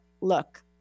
look